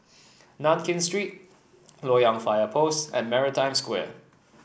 Nankin Street Loyang Fire Post and Maritime Square